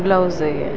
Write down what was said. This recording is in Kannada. ಬ್ಲೌಸಿಗೆ